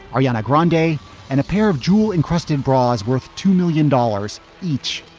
ariana grande day and a pair of jewel encrusted bras worth two million dollars each.